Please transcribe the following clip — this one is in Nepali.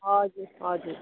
हजुर हजुर